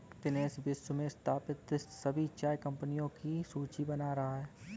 दिनेश विश्व में स्थापित सभी चाय कंपनियों की सूची बना रहा है